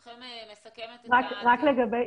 בהגדרות של החוק היבש,